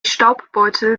staubbeutel